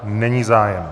Není zájem.